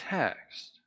text